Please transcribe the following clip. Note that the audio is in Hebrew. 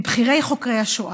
מבכירי חוקרי השואה,